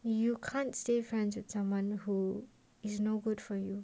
you you can't stay friends with someone who is no good for you